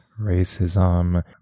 racism